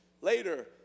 Later